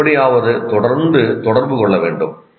நீங்கள் எப்படியாவது தொடர்ந்து தொடர்பு கொள்ள வேண்டும்